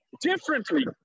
differently